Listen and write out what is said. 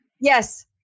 Yes